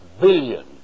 billion